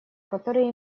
который